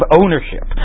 ownership